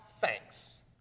thanks